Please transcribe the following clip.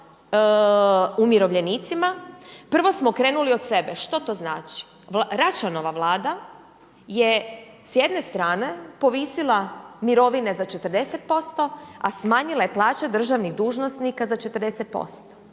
umirovljenicima, prvo smo krenuli od sebe. Što to znači? Račanova vlada je s jedne strane povisila mirovine za 40%, a smanjila je plaće državnih dužnosnika za 40%